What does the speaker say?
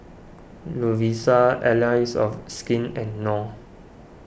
Lovisa Allies of Skin and Knorr